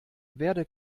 werde